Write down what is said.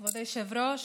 כבוד היושב-ראש,